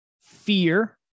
fear